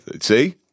see